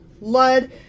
Lud